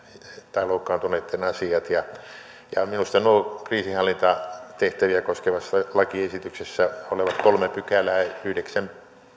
tai loukkaantuneitten asiat minusta kriisinhallintatehtäviä koskevassa lakiesityksessä olevat kolme pykälää yhdeksäs